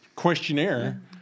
questionnaire